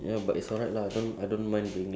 I'm hungry and I'm tired